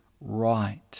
right